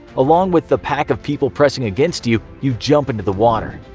along with the pack of people pressing against you, you jump into the water.